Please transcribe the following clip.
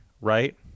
right